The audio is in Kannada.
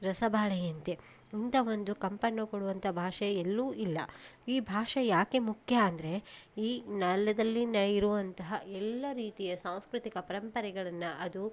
ರಸಬಾಳೆಯಂತೆ ಇಂಥ ಒಂದು ಕಂಪನ್ನು ಕೊಡುವಂಥ ಭಾಷೆ ಎಲ್ಲೂ ಇಲ್ಲ ಈ ಭಾಷೆ ಯಾಕೆ ಮುಖ್ಯ ಅಂದರೆ ಈ ನಾಲ್ಯದಲ್ಲಿ ನ ಇರುವಂತಹ ಎಲ್ಲ ರೀತಿಯ ಸಾಂಸ್ಕೃತಿಕ ಪರಂಪರೆಗಳನ್ನು ಅದು